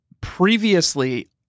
previously